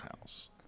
house